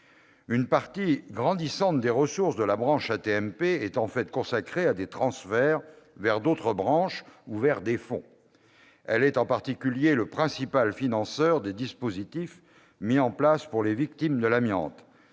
Une partie grandissante des ressources de la branche AT-MP est en fait consacrée à des transferts vers d'autres branches ou vers des fonds. Elle est en particulier le principal financeur des dispositifs mis en place pour les victimes de l'amiante,